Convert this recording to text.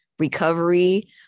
recovery